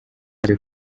ati